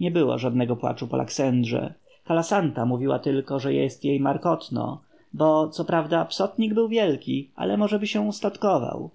nie było żadnego płaczu po laksendrze kalasanta mówiła tylko że jej jest markotno bo co prawda psotnik był wielki ale możeby się ustatkował